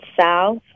south